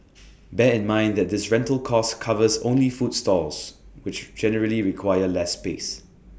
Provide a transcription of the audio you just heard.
bear in mind that this rental cost covers only food stalls which generally require less space